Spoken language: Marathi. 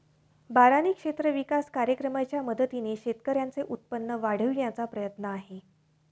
बारानी क्षेत्र विकास कार्यक्रमाच्या मदतीने शेतकऱ्यांचे उत्पन्न वाढविण्याचा प्रयत्न आहे